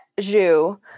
Zhu